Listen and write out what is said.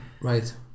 Right